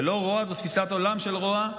זה לא רוע, זו תפיסת עולם של רוע.